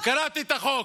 קראתי את החוק.